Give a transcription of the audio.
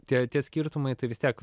tie tie skirtumai tai vis tiek